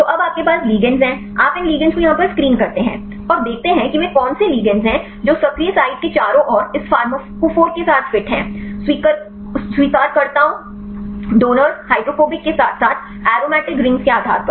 तो अब आपके पास लिगेंड्स हैं आप इन लिगेंड्स को यहाँ पर स्क्रीन करते हैं और देखते हैं कि वे कौन से लिगैंड्स हैं जो सक्रिय साइट के चारों ओर इस फार्माकोफोर के साथ फिट हैं स्वीकारकर्ताओं दाताओं हाइड्रोफोबिक के साथ साथ सुगंधित छल्ले के आधार पर